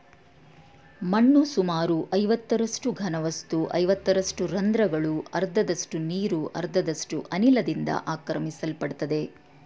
ಮಣ್ಣು ಸುಮಾರು ಐವತ್ತರಷ್ಟು ಘನವಸ್ತು ಐವತ್ತರಷ್ಟು ರಂದ್ರಗಳು ಅರ್ಧದಷ್ಟು ನೀರು ಅರ್ಧದಷ್ಟು ಅನಿಲದಿಂದ ಆಕ್ರಮಿಸಲ್ಪಡ್ತದೆ